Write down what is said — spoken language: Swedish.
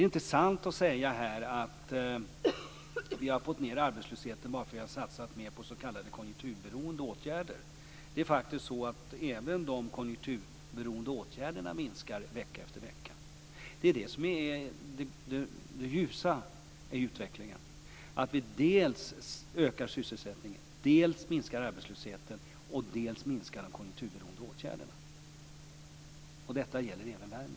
Det är inte sant att vi har fått ned arbetslösheten bara för att vi har satsat mer på s.k. konjunkturberoende åtgärder. Det är faktiskt så att även de konjunkturberoende åtgärderna minskar vecka efter vecka. Det ljusa i utvecklingen är att vi dels ökar sysselsättningen, dels minskar arbetslösheten, dels minskar de konjunkturberoende åtgärderna. Detta gäller även